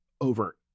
over